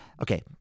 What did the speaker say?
Okay